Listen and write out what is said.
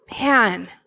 Man